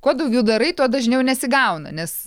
kuo daugiau darai tuo dažniau nesigauna nes